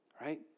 right